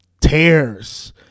tears